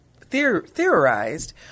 theorized